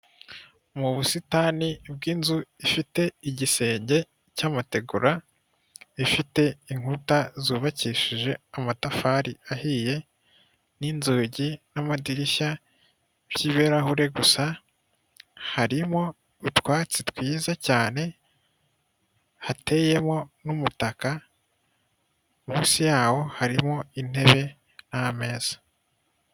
Mu busitani bw'inzu ifite igisenge cy'amategura, ifite inkuta zubakishije amatafari ahiye, n'inzugi n'amadirishya by'ibirahure gusa. Harimo utwatsi twiza cyane hateyemo n'umutaka, munsi yawo harimo intebe n'ameza.